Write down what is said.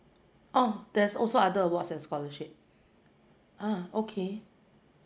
oh there's also other awards and scholarship ah okay